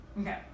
Okay